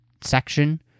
section